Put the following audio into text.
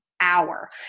hour